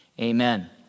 Amen